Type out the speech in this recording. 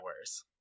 worse